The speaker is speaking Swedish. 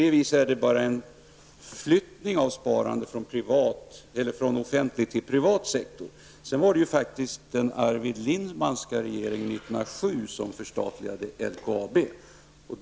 På så sätt är det bara en flyttning av sparandet från offentlig till privat sektor. som förstatligade LKAB.